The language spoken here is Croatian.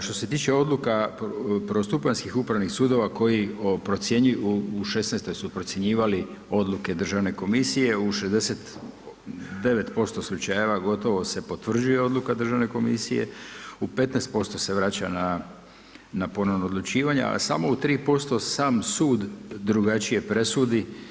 Što se tiče odluka, prvostupanjskih upravih sudova, koji procjenjuju, u '16. su procjenjivali odluke Državne komisije, u 69% slučajeva gotovo se potvrđuje odluka Državne komisije, u 15% se vrača na ponovno odlučivanje, a samo 3% sam sud drugačije presudi.